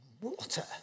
water